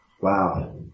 wow